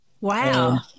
Wow